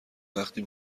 وقتی